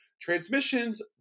Transmissions